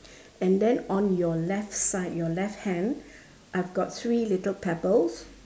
and then on your left side your left hand I've got three little pebbles